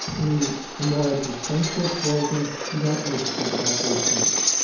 in the the more existentialist version, you don't need to think about these things,